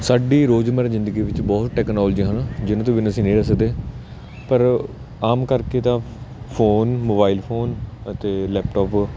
ਸਾਡੀ ਰੋਜ਼ ਮਰਾ ਜ਼ਿੰਦਗੀ ਵਿੱਚ ਬਹੁਤ ਟੈਕਨੋਲੋਜੀ ਹਨ ਜਿਹਨਾਂ ਤੋਂ ਬਿਨਾਂ ਅਸੀਂ ਨਹੀਂ ਸਕਦੇ ਪਰ ਆਮ ਕਰਕੇ ਤਾਂ ਫੋਨ ਮੋਬਾਈਲ ਫੋਨ ਅਤੇ ਲੈਪਟੋਪ